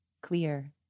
Clear